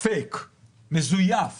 מזויף